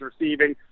receiving